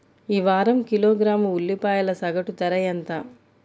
ఈ వారం కిలోగ్రాము ఉల్లిపాయల సగటు ధర ఎంత?